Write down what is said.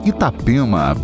Itapema